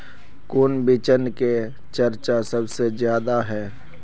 कौन बिचन के चर्चा सबसे ज्यादा है?